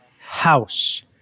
House